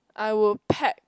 I would pack